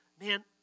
man